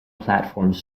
platforms